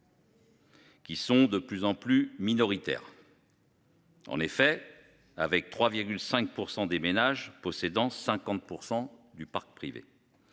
Qui sont de plus en plus minoritaire. En effet, avec 3 5 pour des ménages possédant 50% du parc privé.